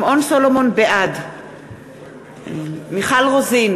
בעד מיכל רוזין,